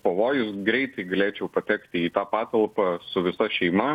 pavojus greitai galėčiau patekti į tą patalpą su visa šeima